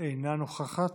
אינה נוכחת.